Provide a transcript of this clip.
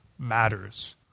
matters